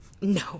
No